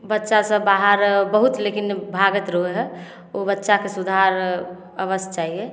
बच्चा सब बाहर बहुत लेकिन भागैत रहै हइ ओ बच्चाके सुधार अवश्य चाहियै